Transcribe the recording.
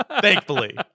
Thankfully